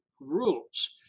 rules